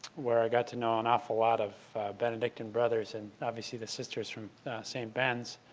where i got to know an awful lot of benedictine brothers and obviously the sisters from st. ben's.